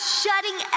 shutting